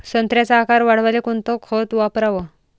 संत्र्याचा आकार वाढवाले कोणतं खत वापराव?